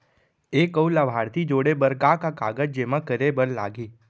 एक अऊ लाभार्थी जोड़े बर का का कागज जेमा करे बर लागही?